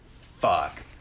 fuck